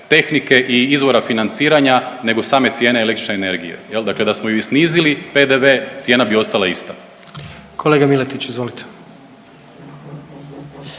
i izvora financiranja nego same cijene električne energije, je li? Da smo ju i snizili, PDV, cijena bi ostala ista. **Jandroković, Gordan